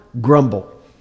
grumble